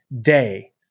day